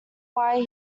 why